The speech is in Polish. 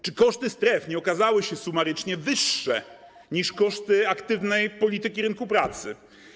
Czy koszty stref nie okazały się sumarycznie wyższe niż koszty aktywnej polityki rynku pracy?